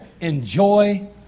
enjoy